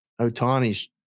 Otani's